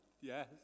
Yes